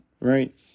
right